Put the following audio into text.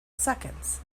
seconds